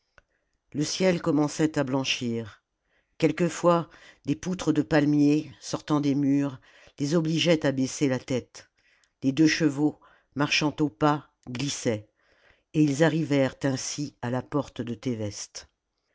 le ciel commençait à blanchir quelquefois des poutres de palmier sortant des murs les obligeaient à baisser la tête les deux chevaux marchant au pas glissaient et ils arrivèrent ainsi à la porte de